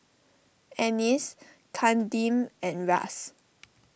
Annice Kadeem and Ras